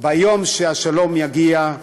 ביום שהשלום יגיע,